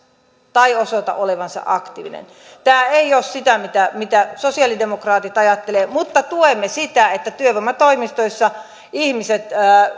tai osoita olevansa aktiivisia tämä ei ole sitä mitä mitä sosialidemokraatit ajattelevat mutta tuemme sitä että työvoimatoimistoissa